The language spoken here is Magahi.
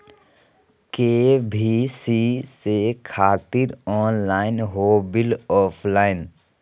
के.वाई.सी से खातिर ऑनलाइन हो बिल ऑफलाइन?